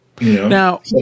Now